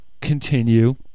continue